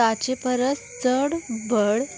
ताचे परस चड भर